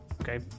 Okay